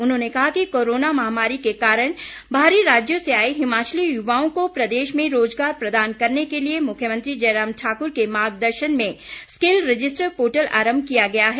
उन्होंने कहा कि कोरोना महामारी के कारण बाहरी राज्यों से आए हिमाचली युवाओं को प्रदेश में रोजगार प्रदान करने के लिए मुख्यमंत्री जय राम ठाकुर के मार्ग दर्शन में स्किल रजिस्टर पोर्टल आरम्भ किया गया है